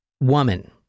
Woman